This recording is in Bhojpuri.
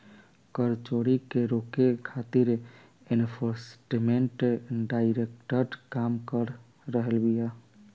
कर चोरी के रोके खातिर एनफोर्समेंट डायरेक्टरेट काम कर रहल बिया